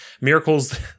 Miracles